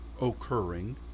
occurring